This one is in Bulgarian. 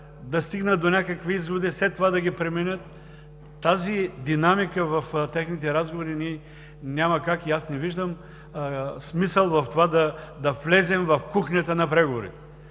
да стигнат до изводи и след това да ги променят. С тази динамика в техните разговори ние няма как – и аз не виждам смисъл в това, да влезем в кухнята на преговорите,